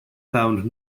found